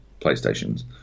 playstations